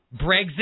Brexit